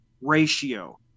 ratio